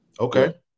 Okay